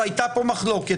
שהייתה פה מחלוקת.